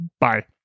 Bye